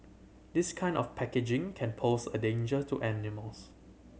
this kind of packaging can pose a danger to animals